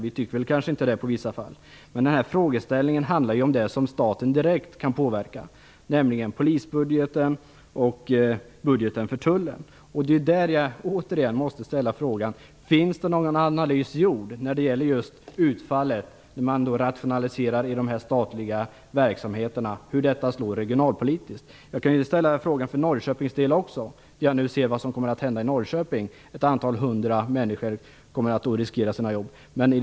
Vi tycker kanske inte att det är rätt i vissa fall. Men frågan gäller sådant som staten direkt kan påverka, nämligen polisbudgeten och budgeten för tullen. Jag måste återigen ställa frågan: Finns det någon analys av utfallet när man rationaliserar i de statliga verksamheterna? Hur slår det regionalpolitiskt? Jag kan även ställa den frågan för Norrköpings del, eftersom vi nu vet vad som kommer att hända där. Ett antal hundra människor i Norrköping riskerar sina jobb.